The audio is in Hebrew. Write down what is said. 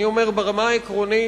אני אומר: ברמה העקרונית,